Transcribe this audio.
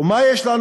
ומה יש לנו